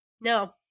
No